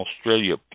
australia